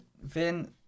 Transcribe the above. Vin